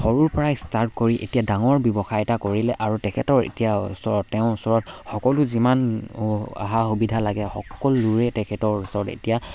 সৰুৰ পৰাই ষ্টাৰ্ট কৰি এতিয়া ডাঙৰ ব্যৱসায় এটা কৰিলে আৰু তেখেতৰ এতিয়া ওচৰত তেওঁৰ ওচৰত সকলো যিমান অহা সুবিধা লাগে সকলোৰে তেখেতৰ ওচৰত এতিয়া